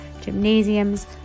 gymnasiums